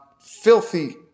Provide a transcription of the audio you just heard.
filthy